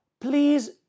please